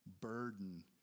burden